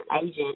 agent